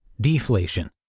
Deflation